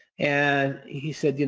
and he said, you know